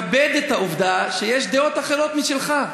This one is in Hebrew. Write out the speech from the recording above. כבד את העובדה שיש דעות אחרות משלך.